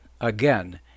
again